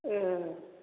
औ